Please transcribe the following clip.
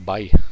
Bye